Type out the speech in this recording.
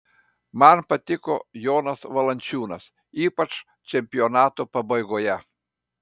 man patiko jonas valančiūnas ypač čempionato pabaigoje